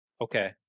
Okay